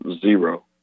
zero